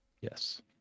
Yes